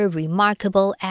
remarkable